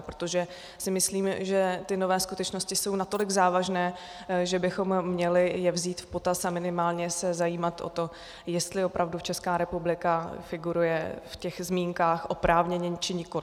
Protože si myslím, že ty nové skutečnosti jsou natolik závažné, že bychom je měli vzít v potaz a minimálně se zajímat o to, jestli opravdu Česká republika figuruje v těch zmínkách oprávněně, či nikoliv.